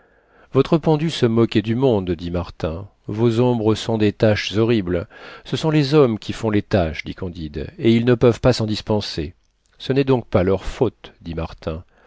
votre pendu se moquait du monde dit martin vos ombres sont des taches horribles ce sont les hommes qui font les taches dit candide et ils ne peuvent pas s'en dispenser ce n'est donc pas leur faute